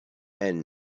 and